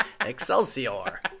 excelsior